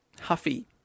Huffy